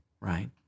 right